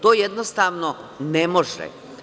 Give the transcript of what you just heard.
To jednostavno ne može.